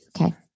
okay